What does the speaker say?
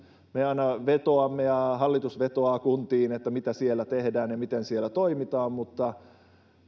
me aina vetoamme ja hallitus vetoaa kuntiin että mitä siellä tehdään ja miten siellä toimitaan mutta